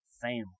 family